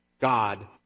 God